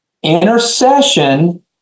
intercession